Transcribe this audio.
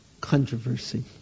controversy